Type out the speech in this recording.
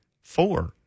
four